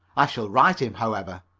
i shall write him, however.